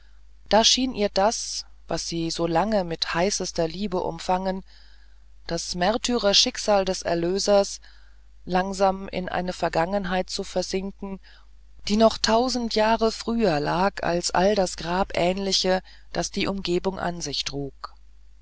da schien ihr das was sie so lange mit heißester liebe umfangen das märtyrerschicksal des erlösers langsam in eine vergangenheit zu versinken die noch tausend jahre früher lag als all das grabähnliche das die umgebung an sich trug